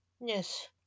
Yes